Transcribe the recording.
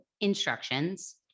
instructions